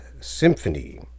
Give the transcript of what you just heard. symphony